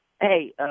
hey